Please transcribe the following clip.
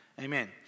Amen